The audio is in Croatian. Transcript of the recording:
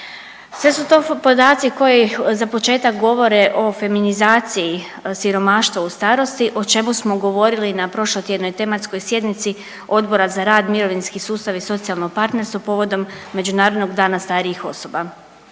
Sve su to podaci koji za početak govore o feminizaciji siromaštva u starosti, o čemu smo govorili na prošlotjednoj tematskoj sjednici Odbora za rad, mirovinski sustav i socijalno partnerstvo povodom Međunarodnog dana starijih osoba.